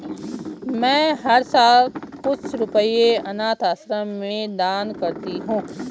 मैं हर साल कुछ रुपए अनाथ आश्रम में दान करती हूँ